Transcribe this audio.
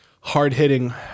Hard-hitting